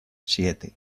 siete